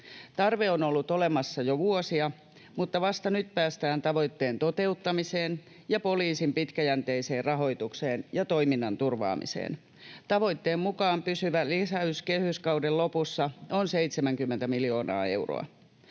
Tarve on ollut olemassa jo vuosia, mutta vasta nyt päästään tavoitteen toteuttamiseen ja poliisin pitkäjänteiseen rahoitukseen ja toiminnan turvaamiseen. Tavoitteen mukaan pysyvä lisäys kehyskauden lopussa on 70 miljoonaa euroa.